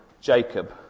Jacob